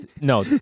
no